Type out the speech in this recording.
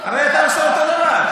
הרי אפשר להגיד, הרי אתה עושה אותו דבר.